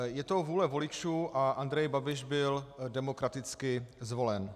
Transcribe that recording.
Je to vůle voličů a Andrej Babiš byl demokraticky zvolen.